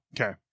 Okay